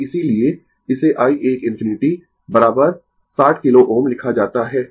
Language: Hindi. तो इसीलिए इसे i 1 ∞ 60 किलो Ω लिखा जाता है